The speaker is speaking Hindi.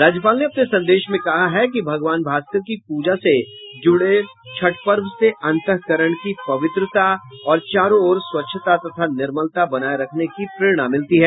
राज्यपाल ने अपने संदेश में कहा है कि भगवान भास्कर की पूजा से जूड़े छठ पर्व से अंतःकरण की पवित्रता और चारों ओर स्वच्छता तथा निर्मलता बनाये रखने की प्रेरणा मिलती है